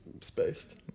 spaced